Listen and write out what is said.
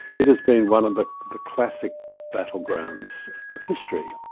it has been one of the the classic battlegrounds of history.